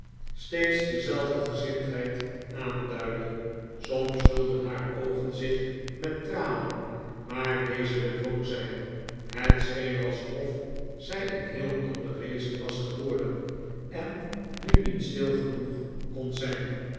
steeds dezelide gezindheid aanduidde soms vulden haar oogen zich met tranen maar deze bedwong zij het scheen alsof zij een heel ander wezen was geworden en nu niet stil genoeg kon zijn